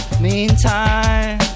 Meantime